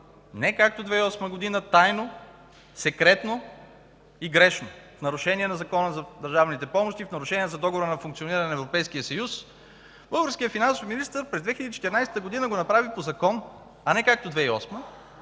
не както през 2008 г. тайно, секретно и грешно в нарушение на Закона за държавните помощи и в нарушение на Договора за функциониране на Европейския съюз, българският финансов министър през 2014 г. го направи по закон, а не както през 2008